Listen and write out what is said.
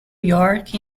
york